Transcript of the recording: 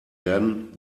werden